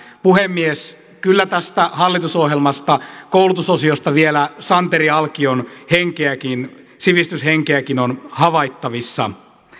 puhemies kyllä tästä hallitusohjelmasta koulutusosiosta vielä santeri alkion henkeäkin sivistyshenkeäkin on havaittavissa